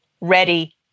ready